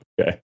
okay